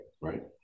right